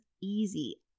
easy